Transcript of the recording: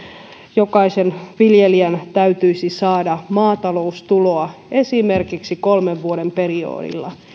jokaisen viljelijän täytyisi saada maataloustuloa esimerkiksi kolmen vuoden periodilla